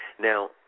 Now